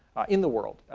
in the world,